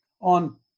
on